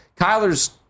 Kyler's